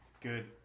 good